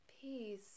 Peace